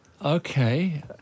Okay